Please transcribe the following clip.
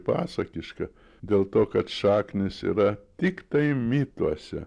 pasakiška dėl to kad šaknys yra tiktai mituose